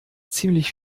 ziemlich